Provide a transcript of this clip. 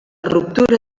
ruptura